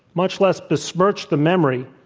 much less besmirch the memory,